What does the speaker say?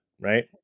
right